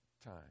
time